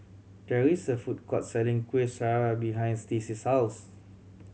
there is a food court selling Kueh Syara behind Stacy's house